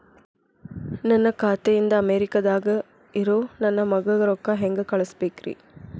ನನ್ನ ಖಾತೆ ಇಂದ ಅಮೇರಿಕಾದಾಗ್ ಇರೋ ನನ್ನ ಮಗಗ ರೊಕ್ಕ ಹೆಂಗ್ ಕಳಸಬೇಕ್ರಿ?